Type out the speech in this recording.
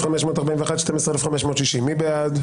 12,481 עד 12,500, מי בעד?